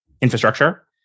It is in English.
infrastructure